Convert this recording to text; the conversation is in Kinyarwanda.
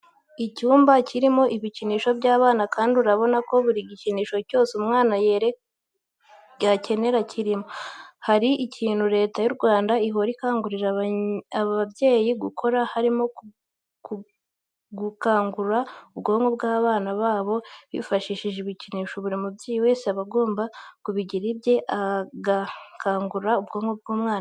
Icyumba kirimo ibikinisho by'abana kandi urabona ko buri gikinisho cyose umwana yakenera kirimo. Hari ikintu Leta y'u Rwanda ihora ikangurira ababyeyi gukora, harimo gukangura ubwonko bw'abana babo bifashishije ibikinisho. Buri mubyeyi wese aba agomba kubigira ibye agakangura ubwonko bw'umwana.